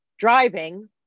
driving